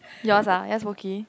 yours ah yours pocky